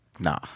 Nah